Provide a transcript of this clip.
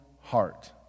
heart